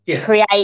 create